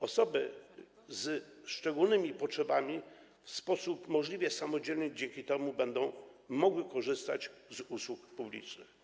Osoby ze szczególnymi potrzebami w sposób możliwie samodzielny dzięki temu będą mogły korzystać z usług publicznych.